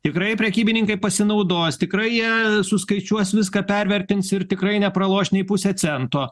tikrai prekybininkai pasinaudos tikrai jie suskaičiuos viską pervertins ir tikrai nepraloš nei pusę cento